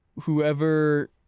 whoever